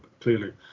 clearly